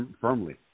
firmly